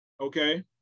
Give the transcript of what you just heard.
Okay